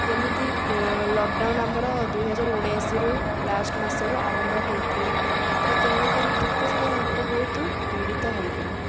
ଯେମିତି ଲକଡ଼ାଉନ ଆମର ଦୁଇହଜାର ଉଣେଇଶରୁ ଲାଷ୍ଟ ମାସରୁ ଆରମ୍ଭ ହେଇଥିଲା ତ ତେଣୁକରି କେତେସାରା ଲୋକ ବହୁତ ପୀଡ଼ିତ ହେଇଥିଲେ